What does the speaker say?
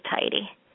tidy